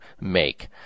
make